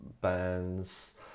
bands